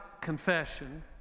confession